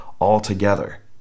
altogether